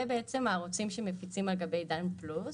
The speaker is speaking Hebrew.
אלה בעצם הערוצים שמפיצים על גבי עידן פלוס.